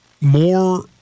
more